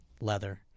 leather